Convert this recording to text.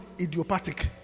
idiopathic